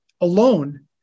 alone